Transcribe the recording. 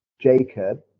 Jacob